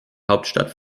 hauptstadt